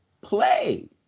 Play